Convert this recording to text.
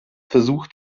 versucht